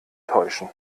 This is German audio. täuschen